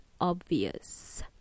obvious